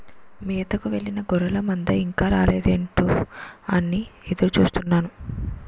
మేతకు వెళ్ళిన గొర్రెల మంద ఇంకా రాలేదేంటా అని ఎదురు చూస్తున్నాను